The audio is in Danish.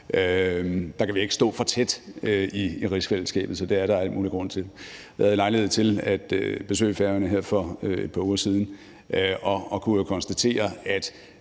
nu, kan vi ikke stå for tæt i rigsfællesskabet, så det er der al mulig grund til. Jeg havde lejlighed til at besøge Færøerne her for et par uger siden og kunne jo konstatere,